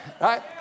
right